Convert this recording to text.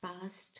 past